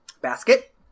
Basket